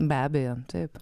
be abejo taip